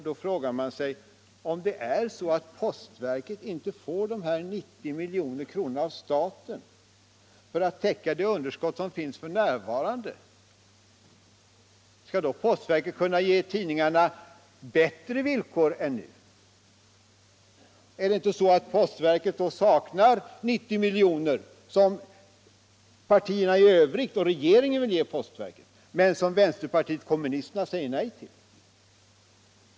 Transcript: Då frågar man sig: Om postverket inte får dessa 90 milj.kr. av staten för att täcka det underskott man f.n. har, skall postverket då kunna ge tidningarna bättre villkor än nu? Det är väl i stället så att postverket då saknar 90 milj.kr., som de övriga partierna och regeringen vill ge postverket, men som vänsterpartiet kommunisterna säger nej till.